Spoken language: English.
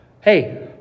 hey